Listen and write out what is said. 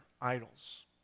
idols